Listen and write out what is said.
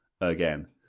again